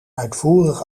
uitvoerig